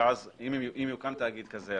ואז אם יוקם תאגיד כזה,